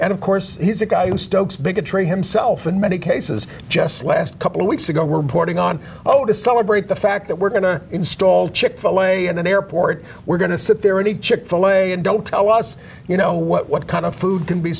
and of course he's a guy who stokes bigotry himself in many cases just last couple of weeks ago reporting on oh to celebrate the fact that we're going to install chick fil a in an airport we're going to sit there any chick fil a and don't tell us you know what kind of food